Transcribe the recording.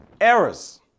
Errors